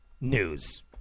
News